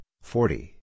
forty